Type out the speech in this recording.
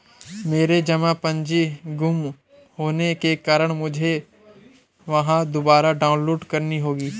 मेरी जमा पर्ची गुम होने के कारण मुझे वह दुबारा डाउनलोड करनी होगी